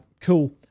cool